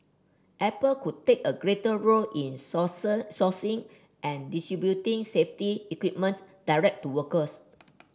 Apple could take a greater role in sourcing and distributing safety equipment direct to workers